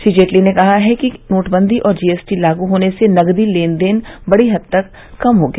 श्री जेटली ने कहा कि नोटबंदी और जीएसटी लागू होने से नगदी लेन देन बड़ी हद तक कम हो गया